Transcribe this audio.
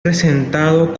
presentado